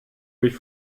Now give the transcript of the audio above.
wie